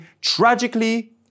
tragically